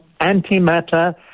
antimatter